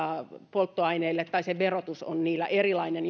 polttoaineille tai verotus on niillä erilainen